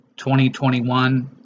2021